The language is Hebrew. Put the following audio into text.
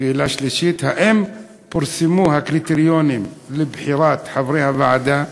שאלה שלישית: האם פורסמו הקריטריונים לבחירת חברי הוועדה?